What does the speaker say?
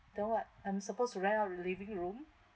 then what I'm supposed to rent out the living room